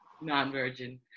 Non-virgin